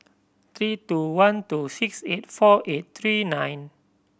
three two one two six eight four eight three nine